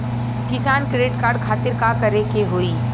किसान credit card खातिर का करे के होई?